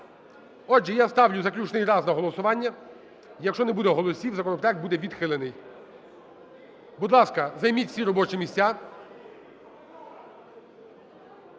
Отже, я ставлю заключний раз на голосування. Якщо не буде голосів, законопроект буде відхилений. Будь ласка, займіть всі робочі місця.